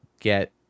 get